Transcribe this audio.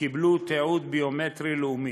תיעוד ביומטרי לאומי.